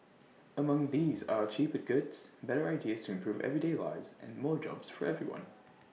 among these are A cheaper goods better ideas to improve everyday lives and more jobs for everyone